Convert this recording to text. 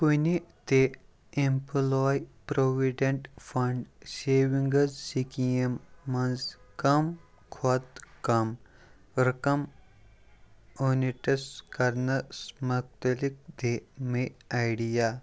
کُنہِ تہِ employee provident fund savings scheme منٛز کم کھۄتہٕ کم رَقم اونِٹَس کرنَس مَتعلق دِ مےٚ اَیڈِیا